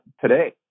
today